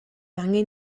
angen